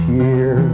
year